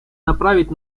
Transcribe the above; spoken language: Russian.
направить